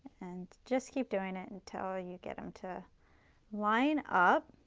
and, just keep doing it until you get them to line up.